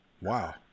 wow